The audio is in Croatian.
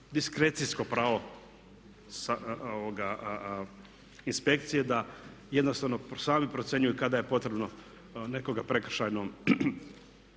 diskrecijsko pravo inspekcije da jednostavno sami procjenjuju kada je potrebno nekoga prekršajno